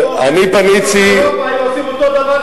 מה היית אומר אילו באירופה היו עושים את אותו הדבר ליהודים?